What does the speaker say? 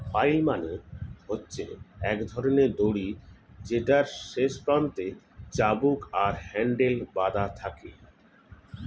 flail মানে হচ্ছে এক ধরণের দড়ি যেটার শেষ প্রান্তে চাবুক আর হ্যান্ডেল বাধা থাকে